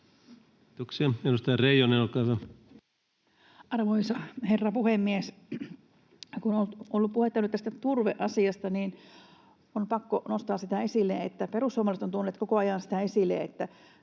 Arvoisa herra puhemies! Kun on ollut puhetta nyt tästä turveasiasta, niin on pakko nostaa sitä esille, että perussuomalaiset ovat tuoneet koko ajan sitä esille, että